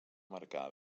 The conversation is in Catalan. marcà